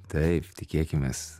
taip tikėkimės